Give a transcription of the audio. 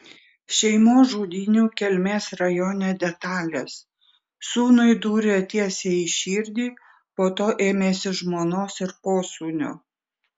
šeimos žudynių kelmės rajone detalės sūnui dūrė tiesiai į širdį po to ėmėsi žmonos ir posūnio